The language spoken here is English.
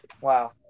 Wow